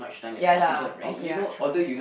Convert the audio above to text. ya lah okay I try